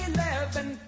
Eleven